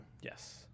Yes